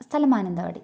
സ്ഥലം മാനന്തവാടി